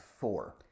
four